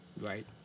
right